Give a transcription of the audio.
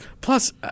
Plus